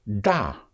da